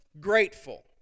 grateful